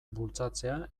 bultzatzea